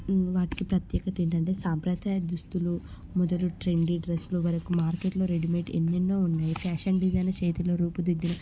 వాటికి ప్రత్యేకత ఏంటంటే సాంప్రదాయ దుస్తులు మొదలు ట్రెండీ డ్రస్సులు వరకు మార్కెట్లో రెడీమేడ్ ఎన్నెన్నో ఉన్నాయి ఫ్యాషన్ డిజైన్ల చేతిలో రూపు దిద్దిన